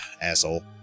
Asshole